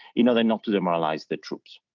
you know, they're not to demoralize the troops.